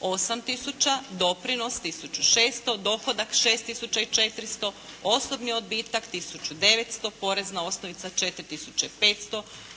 8 tisuća, doprinos tisuću 600, dohodak 6 tisuća i 400, osobni odbitak tisuću 900, porezna osnovica 4